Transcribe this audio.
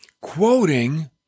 quoting